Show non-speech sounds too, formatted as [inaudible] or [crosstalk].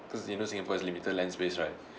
because you know singapore has limited land space right [breath]